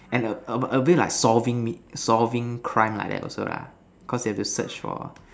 and a a a bit like solving meat solving crime like that also lah cause you have to search for